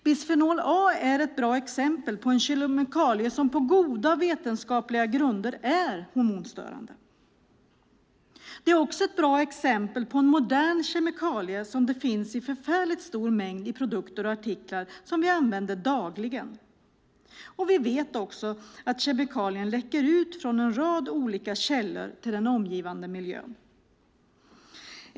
Bisfenol A är ett bra exempel på en kemikalie som på goda vetenskapliga grunder anses vara hormonstörande. Det är också ett bra exempel på en modern kemikalie som finns i en förfärligt stor mängd produkter och artiklar som vi använder dagligen. Vi vet också att kemikalien läcker ut från en rad olika källor till den omgivande miljön.